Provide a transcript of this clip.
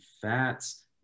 fats